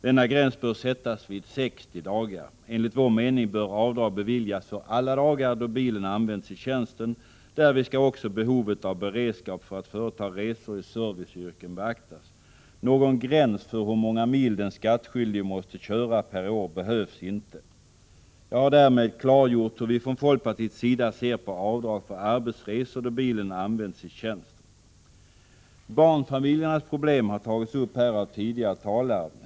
Denna gräns bör sättas vid 60 dagar. Enligt vår mening bör avdrag beviljas för alla dagar då bilen används i tjänsten. Därvid skall också behovet av beredskap för att företa resor i serviceyrken beaktas. Någon gräns för hur många mil den skattskyldige måste köra per år behövs inte. Jag har därmed klargjort hur vi från folkpartiets sida ser på avdrag för arbetsresor då bilen används i tjänsten. Barnfamiljernas problem har tagits upp av tidigare talare.